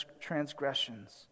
transgressions